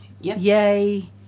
yay